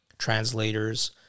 translators